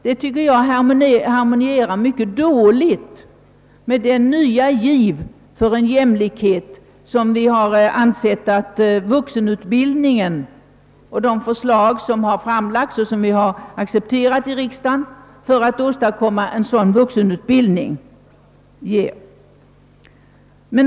Jag tycker att detta mycket dåligt harmonierar med den nya giv för jämlikhet, som vuxenutbildningen skulle förverkliga och som f.ö. accepterats av riksdagen.